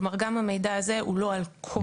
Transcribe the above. כלומר, גם המידע הזה הוא לא על כל הלא חוקיים.